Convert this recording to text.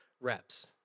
reps